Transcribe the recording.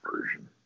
version